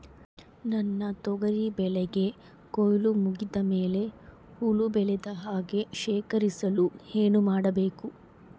ನನ್ನ ತೊಗರಿ ಬೆಳೆಗೆ ಕೊಯ್ಲು ಮುಗಿದ ಮೇಲೆ ಹುಳು ಬೇಳದ ಹಾಗೆ ಶೇಖರಿಸಲು ಏನು ಮಾಡಬೇಕು?